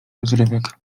rozrywek